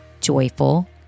joyful